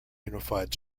unified